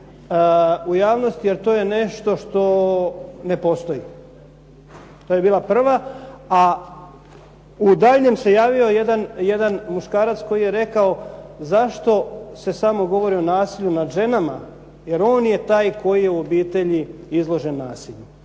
u javnost jer to je nešto što ne postoji. To je bila prva. A dalje se javio jedan muškarac koji je rekao zašto se samo govori o nasilju nad ženama, jer on je taj koji je u obitelji izložen nasilju.